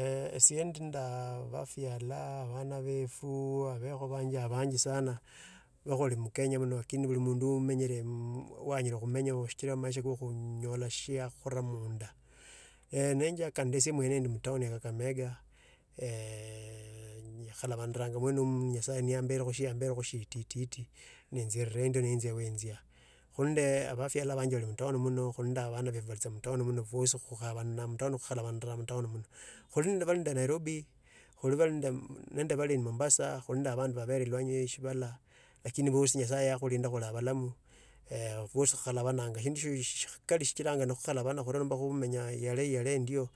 Eeh etsiendi nda bafya la bana bafu abakho banje na banji sana, nekhuli mukenya muno lakini buli mundu amenyere mmm bwa anyara khumenya ishichira bwa amaisha kho khonyoola shia khoora munda. Eeeh ne njaka ndese mwende ndi mutouuni ya kakamega eeh ekhalabandana muene imu nyasaye niambarakho sindu sititi nenjia we njia khuli nande obaryala obana banja bali mutouuni muno fwesi khabanga mutawni muna khuli nende bali nairobi, khuli bali ndem nende bali mombasa, nandi bali iwanyi iwi sebala lakini bosi nyasaye yakhulinda khuli abalamu. Eeeh bosi khapalananga eee iduush shikhari shichiranga nekhukharabananya yale yale ndio